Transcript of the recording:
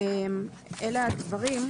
אלה הדברים.